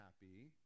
happy